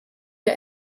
wir